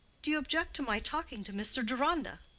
do you object to my talking to mr. deronda?